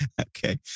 Okay